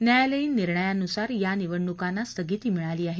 न्यायालयीन निर्णयानुसार ह्या निवडणुकांना स्थगिती मिळाली आहे